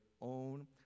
own